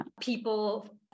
people